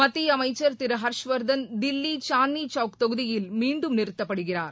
மத்திய அமைச்சர் திரு ஹர்ஷவர்தன் தில்லி சாந்தினி சவுக் தொகுதியில் மீண்டும் நிறுத்தப்படுகிறார்